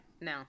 No